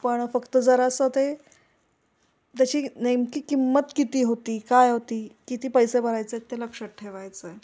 पण फक्त जरासं ते त्याची नेमकी किंमत किती होती काय होती किती पैसे भरायचे आहे ते लक्षात ठेवायचं आहे